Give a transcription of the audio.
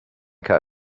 coat